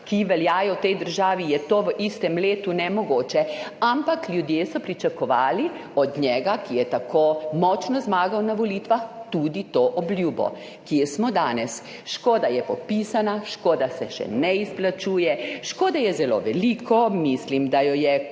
ki veljajo v tej državi, je to v istem letu nemogoče, ampak ljudje so pričakovali od njega, ki je tako močno zmagal na volitvah, tudi to obljubo. Kje smo danes? Škoda je popisana, škode se še ne izplačuje, škode je zelo veliko, mislim, da je je